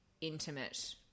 intimate